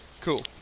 Cool